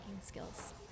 skills